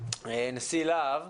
נשיא לה"ב,